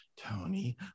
Tony